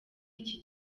iki